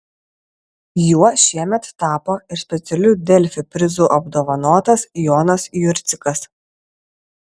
juo šiemet tapo ir specialiu delfi prizu apdovanotas jonas jurcikas